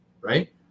right